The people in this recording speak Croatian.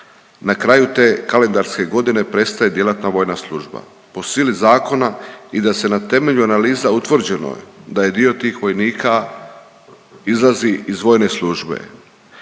na kraju te kalendarske godine prestaje djelatna vojna služba po sili zakona i da se na temelju analiza utvrđenoj da je dio tih vojnika izlazi iz vojne službe.